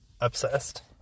obsessed